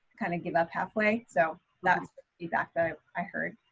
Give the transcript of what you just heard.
kind of give up halfway. so that's the feedback that i heard.